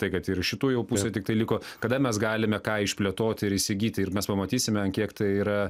tai kad ir šitų jau pusė tiktai liko kada mes galime ką išplėtoti ir įsigyti ir mes pamatysime ant kiek tai yra